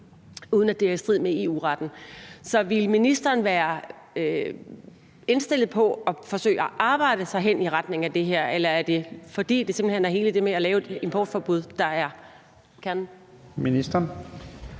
uden at det er i strid med EU-retten. Så ville ministeren være indstillet på at forsøge at arbejde sig hen i retning af det her? Eller er det, fordi det simpelt hen er hele det her med at lave et importforbud, der er kernen? Kl.